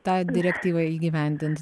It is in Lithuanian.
tą direktyvą įgyvendint